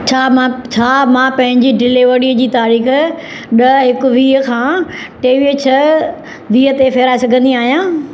छा मां छा मां पंहिंजी डिलीवरीअ जी तारीख़ ॾह हिक वीह खां टेवीह छह वीह ते फेराए सघंदी आहियां